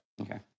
Okay